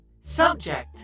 Subject